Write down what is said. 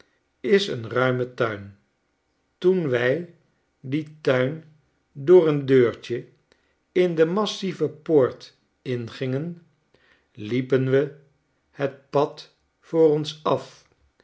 is een ruime tuin toen wij dien tuin door een deurtje in de massieve poort ingingen liepen we het pad voor ons af